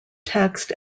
text